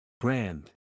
Brand